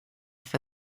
for